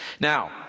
Now